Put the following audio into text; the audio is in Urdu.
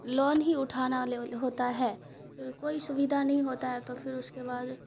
لون ہی اٹھانا ہوتا ہے پھر کوئی سویدھا نہیں ہوتا ہے تو پھر اس کے بعد